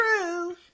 true